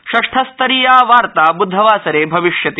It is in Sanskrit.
षष्ठ स्तरीया वार्ता बुधवासरे भविष्यति